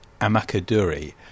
Amakaduri